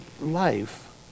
life